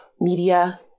media